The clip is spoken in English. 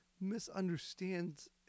misunderstands